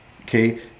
okay